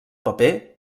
paper